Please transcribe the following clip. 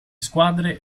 squadre